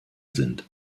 sind